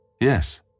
Yes